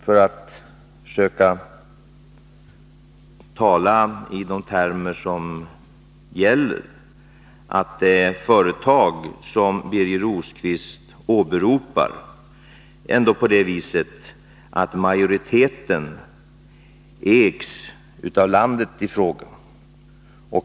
För att försöka tala i de termer som gäller vill jag säga att aktiemajoriteten i det företag som Birger Rosqvist åberopar ägs av landet i fråga.